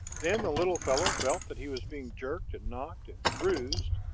then the little fellow felt that he was being jerked and knocked and bruised,